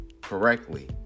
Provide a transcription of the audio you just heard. correctly